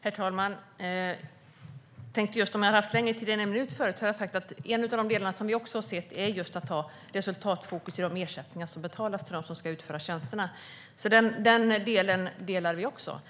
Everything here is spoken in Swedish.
Herr talman! Om jag hade haft längre talartid än en minut förut hade jag sagt att en av de delar som vi också anser att man ska ha är resultatfokus i fråga om de ersättningar som betalas till dem som ska utföra tjänsterna. Även detta delar vi alltså.